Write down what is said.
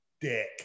dick